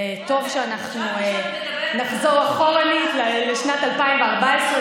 וטוב שאנחנו נחזור אחורנית לשנת 2014,